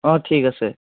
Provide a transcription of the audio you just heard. অঁ ঠিক আছে